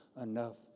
enough